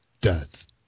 death